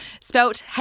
Spelt